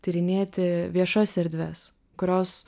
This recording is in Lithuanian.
tyrinėti viešas erdves kurios